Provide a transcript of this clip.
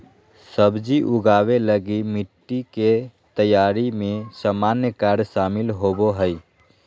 सब्जी उगाबे लगी मिटटी के तैयारी में सामान्य कार्य शामिल होबो हइ